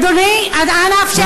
אדוני, אז אנא אפשר לי לשאול.